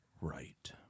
Right